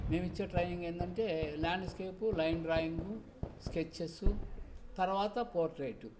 మేము ఇచ్చే ట్రైనింగ్ ఏందంటే ల్యాండ్స్కేప్ లైన్ డ్రాయింగు స్కెచ్చెస్సు తర్వాత పోట్రెటు